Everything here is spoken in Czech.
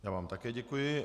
Já vám také děkuji.